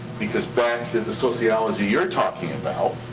because back to the sociology you're talking about,